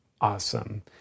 awesome